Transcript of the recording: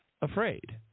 afraid